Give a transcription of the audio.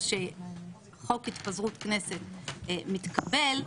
שחוק התפזרות כנסת התקבל,